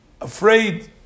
afraid